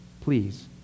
Please